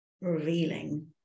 revealing